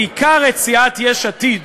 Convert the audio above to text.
בעיקר את סיעת יש עתיד,